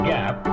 Gap